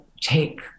take